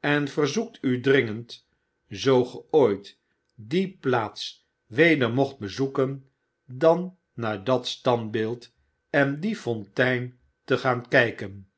en verzoekt u dringend zoo ge ooit die plaats weder mocht bezoeken dan naar dat standbeeld en die fontein te gaan kyken